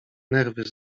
nerwy